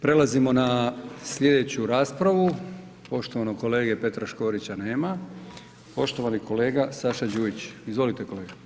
Prelazimo na slijedeću raspravu poštovanog kolege Petra Škorića nema, poštovani kolega Saša Đujić, izvolite kolega.